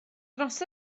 dros